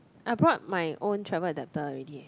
I brought my own travel adapter already